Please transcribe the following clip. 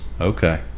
Okay